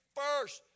first